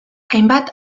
hainbat